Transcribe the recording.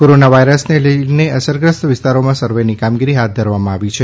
corona વાઇરસને લઇને અસરગ્રસ્ત વિસ્તારોમાં સર્વેની કામગીરી હાથમાં ધરવામાં આવી છે